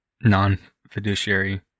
non-fiduciary